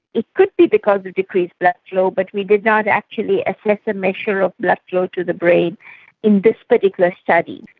it could be because of decreased blood flow, but we did not actually assess a measure of blood flow to the brain in this particular study.